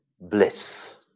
bliss